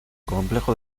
complejo